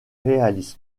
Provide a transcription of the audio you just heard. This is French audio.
réalisme